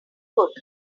could